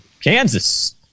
Kansas